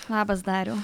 labas dariau